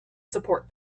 support